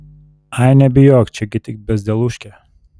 ai nebijok čia gi tik bezdelūškė